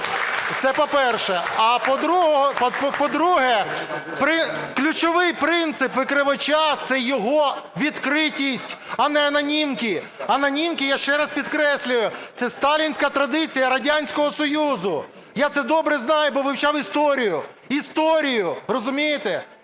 Це, по-перше. А, по-друге, ключовий принцип викривача – це його відкритість, а не анонімки. Анонімки, я ще раз підкреслюю, це сталінська традиція Радянського Союзу. Я це добре знаю, бо вивчав історію. Історію, розумієте?